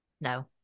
No